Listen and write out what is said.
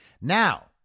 Now